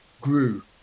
grew